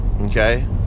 Okay